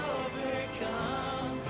overcome